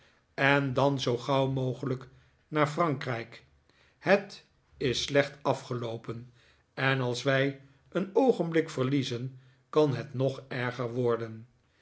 en dan zoo gauw mogelijk naar frankrijk het is slecht afgeloopen en als wij een oogenblik verliezen kan het nog erger worden